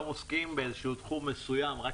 היום עוסקים באיזה שהוא תחום מסוים אני רק